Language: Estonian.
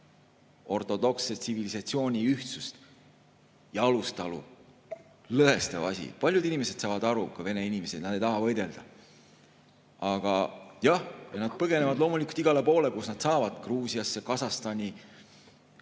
ortodoksse tsivilisatsiooni ühtsust ja alustalasid lõhestav asi. Paljud inimesed saavad sellest aru, ka Vene inimesed, ja nad ei taha võidelda. Aga jah, nad põgenevad loomulikult igale poole, kuhu nad saavad: Gruusiasse, Kasahstani,